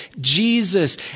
Jesus